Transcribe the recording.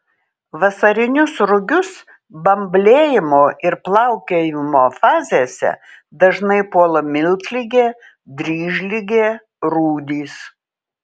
vasarinius rugius bamblėjimo ir plaukėjimo fazėse dažnai puola miltligė dryžligė rūdys